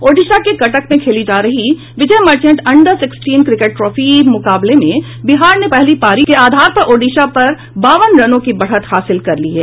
ओडिशा के कटक में खेली जा रही Vijay Merchant under sixteen cricket trophy मुकाबले में बिहार ने पहली पारी के आधार पर ओडिशा पर बावन रनों की बढ़त हासिल कर ली है